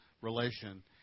relation